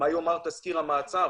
מה יאמר תזכיר המעצר,